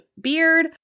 Beard